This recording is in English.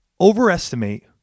overestimate